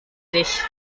dich